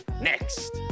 next